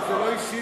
זה לא אישי,